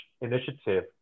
initiative